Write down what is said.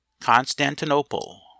Constantinople